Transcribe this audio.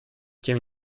тем